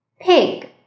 pig